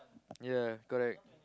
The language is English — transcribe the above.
ya correct